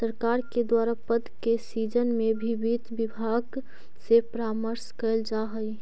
सरकार के द्वारा पद के सृजन में भी वित्त विभाग से परामर्श कैल जा हइ